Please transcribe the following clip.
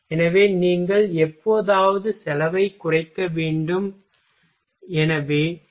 எனவே நீங்கள் எப்போதாவது செலவைக் குறைக்க வேண்டும்